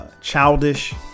childish